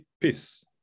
peace